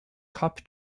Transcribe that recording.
cup